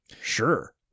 sure